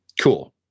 cool